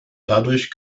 dadurch